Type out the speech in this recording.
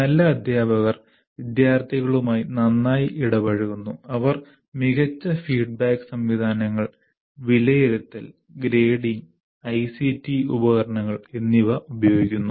നല്ല അധ്യാപകർ വിദ്യാർത്ഥികളുമായി നന്നായി ഇടപഴകുന്നു അവർ മികച്ച ഫീഡ്ബാക്ക് സംവിധാനങ്ങൾ വിലയിരുത്തൽ ഗ്രേഡിംഗ് ഐസിടി ഉപകരണങ്ങൾ എന്നിവ ഉപയോഗിക്കുന്നു